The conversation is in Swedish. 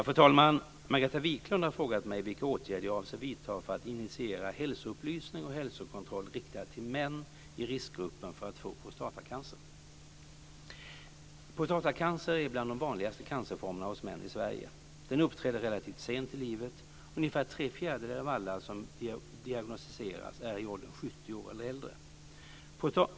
Fru talman! Margareta Viklund har frågat mig vilka åtgärder jag avser vidta för att initiera hälsoupplysning och hälsokontroll riktad till män i riskgruppen för att få prostatacancer. Prostatacancer är bland de vanligaste cancerformerna hos män i Sverige. Den uppträder relativt sent i livet, ungefär tre fjärdedelar av alla som diagnostiseras är i åldern 70 år eller äldre.